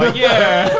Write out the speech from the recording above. ah yeah.